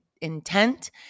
intent